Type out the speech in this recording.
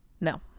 no